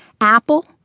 Apple